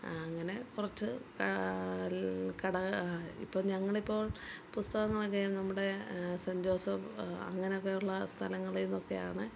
അങ്ങനെ കുറച്ച് കൽ കട ഇപ്പം ഞങ്ങളിപ്പോൾ പുസ്തകങ്ങളൊക്കെ നമ്മുടെ സെൻറ് ജോസഫ് അങ്ങനനൊക്കെയുള്ള സ്ഥലങ്ങളിന്നൊക്കെയാണ്